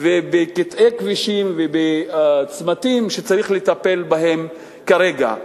ובקטעי כבישים ובצמתים שצריך לטפל בהם כרגע.